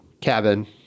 cabin